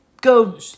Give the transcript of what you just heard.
go